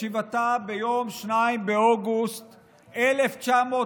בישיבתה ביום 2 באוגוסט 1996,